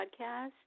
podcast